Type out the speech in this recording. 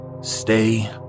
stay